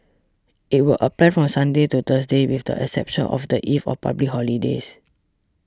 it will apply from Sunday to Thursday with the exception of the eve of public holidays